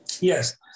Yes